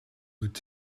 vuit